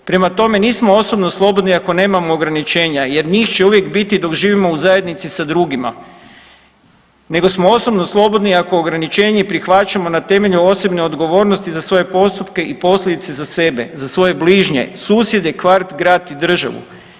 Prema tome, nismo osobno slobodni ako nemamo ograničenja jer njih će uvijek biti dok živimo u zajednici sa drugima nego smo osobno slobodni ako ograničenje prihvaćamo na temelju osobne odgovornosti za svoje postupke i posljedice za sebe, za svoje bližnje, susjede, kvart, grad i državu.